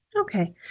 Okay